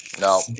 No